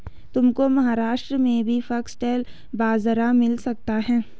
तुमको महाराष्ट्र में भी फॉक्सटेल बाजरा मिल सकता है